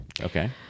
Okay